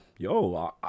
yo